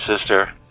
sister